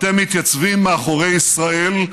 אתם מתייצבים מאחורי ישראל,